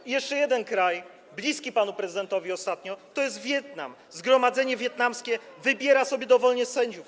I jeszcze jeden kraj, bliski panu prezydentowi ostatnio, to jest Wietnam - zgromadzenie wietnamskie wybiera sobie dowolnie sędziów.